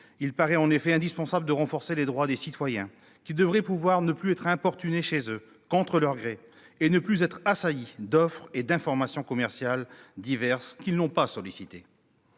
il paraît en effet indispensable de renforcer les droits des citoyens. Ceux-ci devraient pouvoir ne plus être importunés chez eux et assaillis d'offres et d'informations commerciales diverses qu'ils n'ont pas sollicitées.